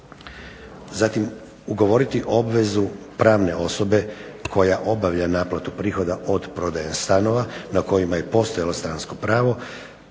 Zatim, ugovoriti obvezu pravne osobe koja obavlja naplatu prihoda od prodaje stanova na kojima je postojalo stanarsko pravo